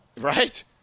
right